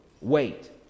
Wait